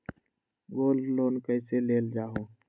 Gold loan कईसे लेल जाहु?